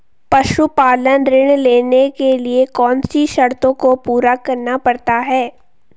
पशुपालन ऋण लेने के लिए कौन सी शर्तों को पूरा करना पड़ता है?